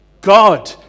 God